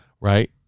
right